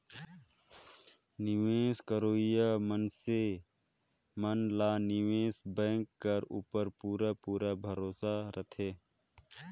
निवेस करोइया मइनसे मन ला निवेस बेंक कर उपर पूरा पूरा भरोसा रहथे